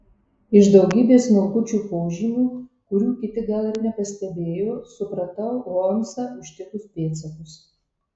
iš daugybės smulkučių požymių kurių kiti gal ir nepastebėjo supratau holmsą užtikus pėdsakus